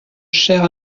cher